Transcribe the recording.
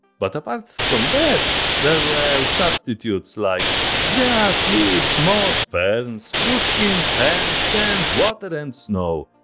but apart from that there were substitutes like grass, leaves, moss, ferns, fruit skins, hemp, sand, water and snow.